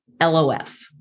LOF